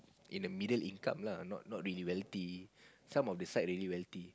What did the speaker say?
in a middle income lah not not very wealthy some of the side very wealthy